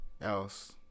else